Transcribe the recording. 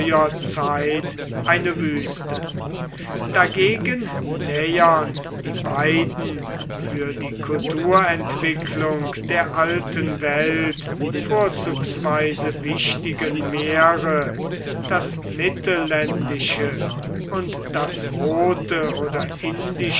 eine wüste dagegen nähern die beiden für die kulturentwicklung der alten welt vorzugsweise wichtigen meere das mittelländische und das rote oder